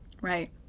Right